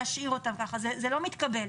זה לא מתקבל.